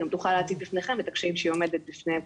היא גם תוכל להציף בפניכם את הקשיים שהיא עומדת בפניהם,